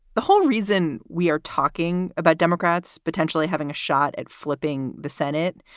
the whole reason we are talking about democrats potentially having a shot at flipping the senate,